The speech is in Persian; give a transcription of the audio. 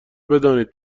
بدانید